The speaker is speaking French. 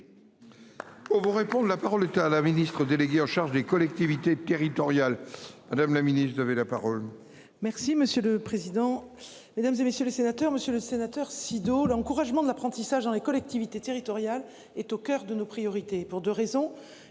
Oh vous répondent, la parole est à la ministre déléguée en charge des collectivités territoriales. Madame la Ministre, devait la parole. Merci monsieur le président, Mesdames, et messieurs les sénateurs, Monsieur le Sénateur Sido l'encouragement de l'apprentissage dans les collectivités territoriales est au coeur de nos priorités pour 2 raisons.